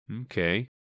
Okay